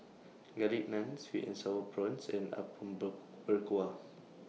Garlic Naan Sweet and Sour Prawns and Apom Berkuah